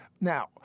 Now